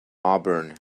auburn